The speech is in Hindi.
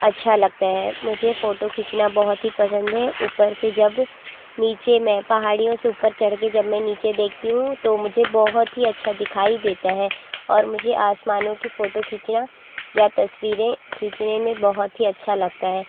अच्छा लगता है मुझे फोटो खींचना बहुत ही पसंद है ऊपर से जब नीचे में पहाड़ियों से ऊपर चढ़ के जब मैं नीचे देखती हूँ तो मुझे बहुत ही अच्छा दिखाई देता है और मुझे आसमानों की फोटो खींचना या तस्वीरें खींचने में बहुत ही अच्छा लगता है